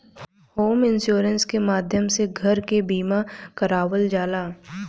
home insurance के माध्यम से घर के बीमा करावल जाला